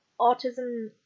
autism